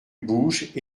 bouge